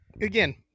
again